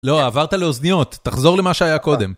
לא, עברת לאוזניות, תחזור למה שהיה קודם.